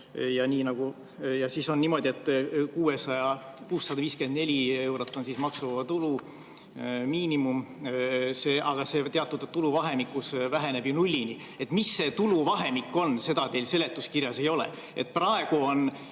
ja siis on niimoodi, et 654 eurot on maksuvaba tulu miinimum, aga see teatud tuluvahemikus väheneb ju nullini. Mis see tuluvahemik on, seda teil seletuskirjas ei ole.